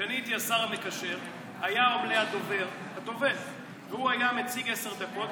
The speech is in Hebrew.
כשאני הייתי השר המקשר היה עולה הדובר והוא היה מציג עשר דקות.